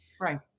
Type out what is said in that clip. Right